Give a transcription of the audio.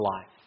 life